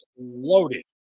loaded